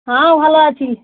হ্যাঁ ভালো আছি